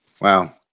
Wow